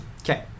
okay